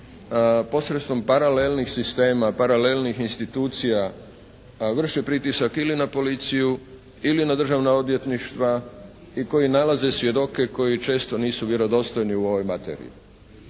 posredstvom paralelnih sistema, paralelnih institucija vrše pritisak ili na policiju ili na Državna odvjetništva i koji nalaze svjedoke koji često nisu vjerodostojni u ovoj materiji